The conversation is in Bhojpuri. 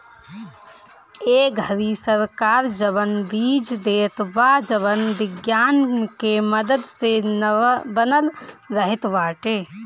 ए घरी सरकार जवन बीज देत बा जवन विज्ञान के मदद से बनल रहत बाटे